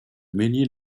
mesnil